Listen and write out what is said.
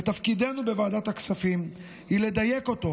ותפקידנו בוועדת הכספים הוא לדייק אותו